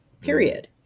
period